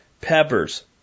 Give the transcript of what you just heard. Peppers